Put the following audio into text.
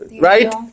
Right